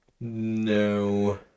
No